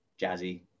jazzy